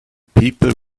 people